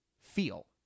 feel